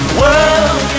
world